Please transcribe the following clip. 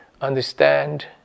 understand